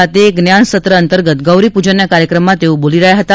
ખાતે જ્ઞાન સત્ર અંતર્ગત ગૌરી પ્રજનના કાર્યક્રમમાં તેઓ બોલી રહ્યા હતા